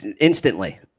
Instantly